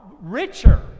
richer